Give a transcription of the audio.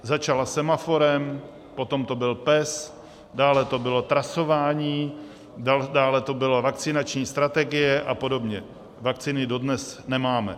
Začala Semaforem, potom to byl PES, dále to bylo trasování, dále to byla vakcinační strategie a podobně, vakcíny dodnes nemáme.